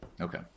Okay